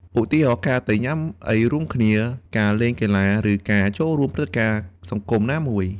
ឧទាហរណ៍ ការទៅញ៉ាំអីរួមគ្នា ការលេងកីឡា ឬការចូលរួមព្រឹត្តិការណ៍សង្គមណាមួយ។